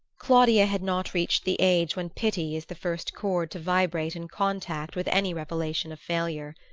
claudia had not reached the age when pity is the first chord to vibrate in contact with any revelation of failure.